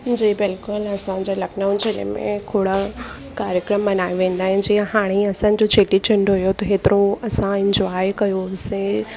जी बिल्कुलु असांजे लखनऊ ज़िले में खोड़ कार्यक्रम मल्हाए वेंदा आहिनि जीअं हाणे ई असांजो चेटीचंड हुओ त हेतिरो असां इंजॉय कयोसीं